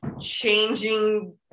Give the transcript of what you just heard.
changing